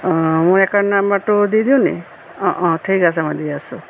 মোৰ একাউণ্ট নম্বৰটো দি দিওঁ নি অঁ অঁ ঠিক আছে মই দি আছোঁ